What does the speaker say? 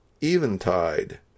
eventide